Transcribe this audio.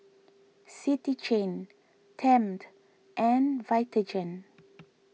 City Chain Tempt and Vitagen